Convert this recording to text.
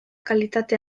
kalitate